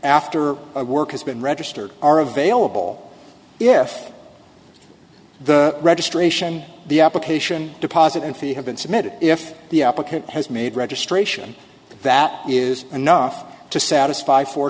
after a work has been registered are available if the registration the application deposit and fee have been submitted if the applicant has made registration that is enough to satisfy fo